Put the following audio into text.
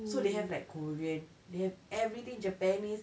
so they have like korean they have everything japanese